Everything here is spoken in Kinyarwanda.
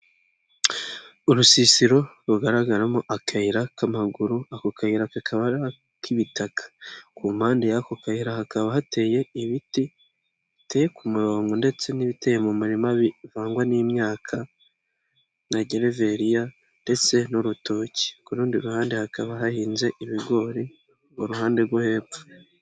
Urusisiro rugaragaramo akayira k'amaguru, ako kayira kakaba ari ak'ibitaka. Ku mpande y'ako kayira hakaba hateye ibiti, biteye ku murongo ndetse n'ibiteye mu murima bivangwa n'imyaka na gereveriya ndetse n'urutoki. Ku rundi ruhande hakaba hahinze ibigori mu ruhande rwo hepfo.